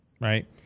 right